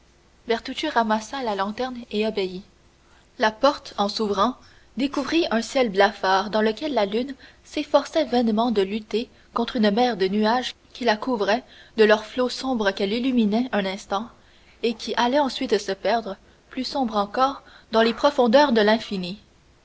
bertuccio ramassa la lanterne et obéit la porte en s'ouvrant découvrit un ciel blafard dans lequel la lune s'efforçait vainement de lutter contre une mer de nuages qui la couvraient de leurs flots sombres qu'elle illuminait un instant et qui allaient ensuite se perdre plus sombres encore dans les profondeurs de l'infini